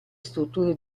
strutture